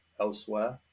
elsewhere